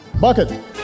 Bucket